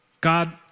God